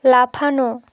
লাফানো